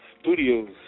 Studios